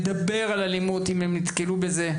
לדבר על אלימות אם הם נתקלו בזה.